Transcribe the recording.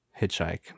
hitchhike